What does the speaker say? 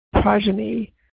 Progeny